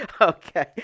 Okay